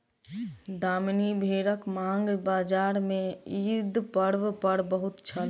दामनी भेड़क मांग बजार में ईद पर्व पर बहुत छल